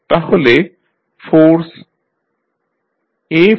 তাহলে ফোর্স